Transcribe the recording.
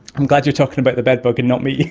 i'm glad you're talking about the bedbug and not me!